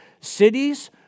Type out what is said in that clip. cities